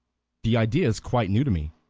the idea is quite new to me,